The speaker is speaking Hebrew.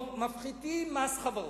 מפחיתים מס חברות,